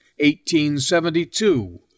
1872